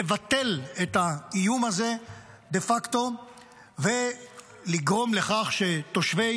לבטל את האיום הזה דה-פקטו ולגרום לכך שתושבי